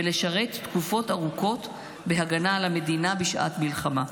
ולשרת תקופות ארוכות בהגנה על המדינה בשעת מלחמה,